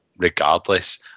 Regardless